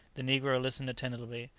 the negro listened attentively,